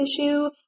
issue